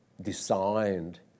designed